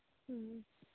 ꯎꯝ